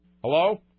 Hello